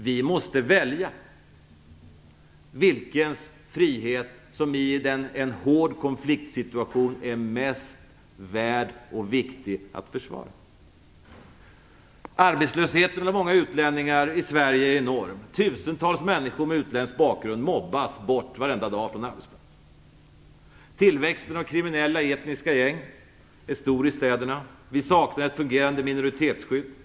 Vi måste välja vems frihet som i en hård konfliktsituation är mest värd och viktigast att försvara. Arbetslösheten bland många utlänningar i Sverige är enorm. Tusentals människor med utländsk bakgrund mobbas varenda dag bort från arbetsplatserna. Tillväxten av kriminella etniska gäng är stor i städerna. Vi saknar ett fungerande minoritetsskydd.